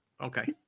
Okay